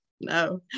no